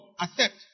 Accept